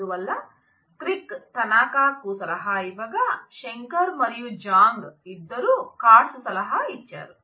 అందువల్ల క్రిక్ తనకాకు సలహా ఇవ్వగా శంకర్ మరియు జాంగ్ ఇద్దరూ కాట్స్ సలహా ఇచ్చారు